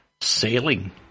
Sailing